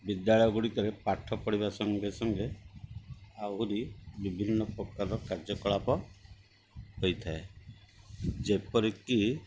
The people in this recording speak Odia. ବିଦ୍ୟାଳୟ ଗୁଡ଼ିକରେ ପାଠ ପଢ଼ିବା ସଙ୍ଗେ ସଙ୍ଗେ ଆହୁରି ବିଭିନ୍ନ ପ୍ରକାର କାର୍ଯ୍ୟକଳାପ ହୋଇଥାଏ ଯେପରିକି